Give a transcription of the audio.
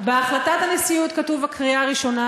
בהחלטת הנשיאות כתוב קריאה ראשונה,